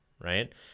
right